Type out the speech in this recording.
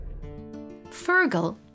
Fergal